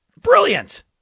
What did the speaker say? Brilliant